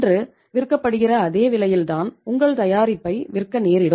இன்று விற்கப்படுகின்ற அதே விலையில் தான் உங்கள் தயாரிப்பை விற்க நேரிடும்